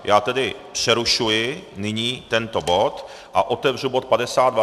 Já tedy přerušuji nyní tento bod a otevřu bod 52.